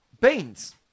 Beans